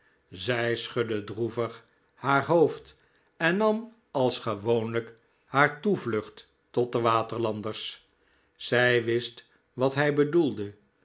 zij schudde droevig haar hoofd en nam als gewoonlijk haar toevlucht tot de waterlanders zij wist t wat hij bedoelde